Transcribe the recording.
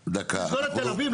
נסגור את תל אביב?